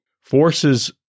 forces